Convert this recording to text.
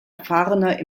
erfahrener